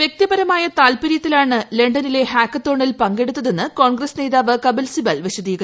വ്യക്തിപരമായ താൽപര്യത്തിലാണ് ലണ്ടനിലെ ഹാക്കത്തോണിൽ പങ്കെടുത്തതെന്ന് കോൺഗ്രസ് നേതാവ് കപിൽ സിബൽ വിശദീകരിച്ചു